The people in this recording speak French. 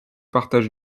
partage